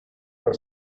for